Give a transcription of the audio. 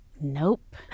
Nope